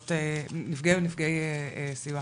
נפגעי ונפגעות סיוע.